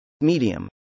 Medium